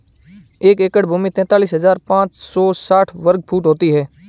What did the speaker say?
एक एकड़ भूमि तैंतालीस हज़ार पांच सौ साठ वर्ग फुट होती है